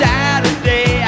Saturday